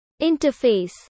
Interface